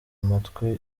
matwi